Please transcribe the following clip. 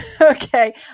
Okay